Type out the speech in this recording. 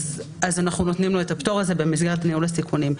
אנחנו נותנים לו את הפטור הזה במסגרת ניהול הסיכונים.